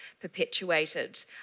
perpetuated